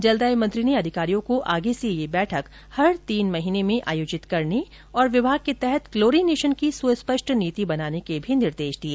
जलदाय मंत्री ने अधिकारियों को आगे से यह बैठक हर तीन माह में आयोजित करने और विभाग के तहत क्लोरिनेशन की सुस्पष्ट नीति बनाने के भी निर्देश दिए